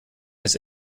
his